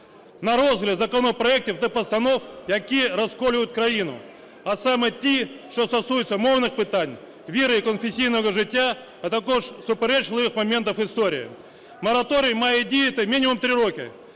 на розгляд законопроектів та постанов, які розколюють країну. А саме ті, що стосуються мовних питань, віри і конфесійного життя, а також суперечливих моментів історії. Мораторій має діяти мінімум 3 роки.